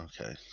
okay